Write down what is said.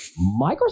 Microsoft